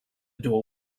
door